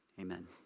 amen